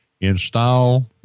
install